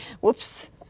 Whoops